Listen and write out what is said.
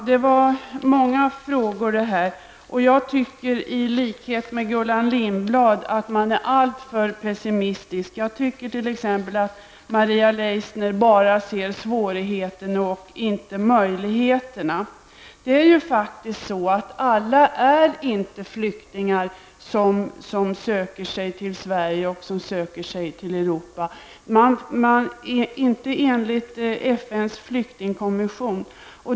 Fru talman! Det har ställts många frågor till mig. I likhet med Gullan Lindblad tycker jag att somliga här är alltför pessimistiska. Maria Leissner exempelvis ser enligt min mening bara svårigheterna och inte möjligheterna. Alla människor som söker sig till Sverige och Europa är faktiskt inte flyktingar. De är det inte enligt FNs flyktingkommission.